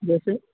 جیسے